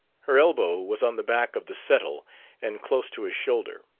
her elbow was on the back of the settle and close to his shoulder.